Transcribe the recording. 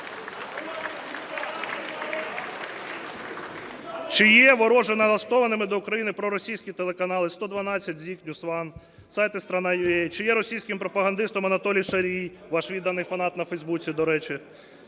Чи є ворожо налаштованими до України проросійські телеканали "112", ZIK, NewsOne, сайт Страна.UA? Чи є російським пропагандистом Анатолій Шарій, ваш відданий фанат на фейсбуці, до речі?